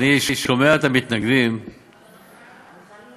אני שומע את המתנגדים לביומטרי,